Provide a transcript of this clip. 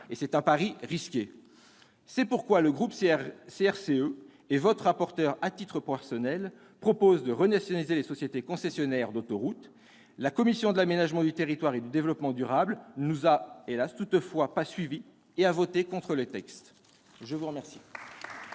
C'est un pari risqué ! C'est pourquoi le groupe CRCE et, à titre personnel, votre rapporteur proposent de renationaliser les sociétés concessionnaires d'autoroutes. La commission de l'aménagement du territoire et du développement durable ne nous a toutefois pas suivis et a voté contre le texte. La parole